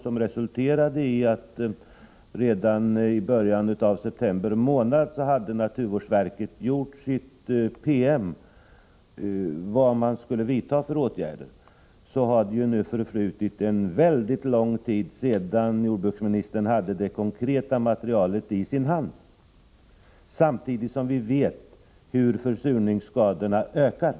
Det resulterade i att naturvårdsverket redan i september månad hade utarbetat sin PM om vilka åtgärder man skulle vidta. Det har nu förflutit en väldigt lång tid sedan jordbruksministern fick detta konkreta material i sin hand, och samtidigt vet vi hur försurningsskadorna ökar.